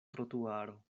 trotuaro